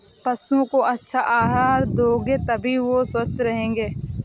पशुओं को अच्छा आहार दोगे तभी वो स्वस्थ रहेंगे